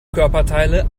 körperteile